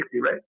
right